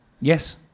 yes